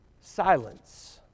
silence